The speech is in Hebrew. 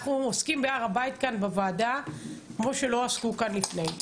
אנחנו עוסקים בהר הבית בוועדה כמו שלא עסקו כאן לפני.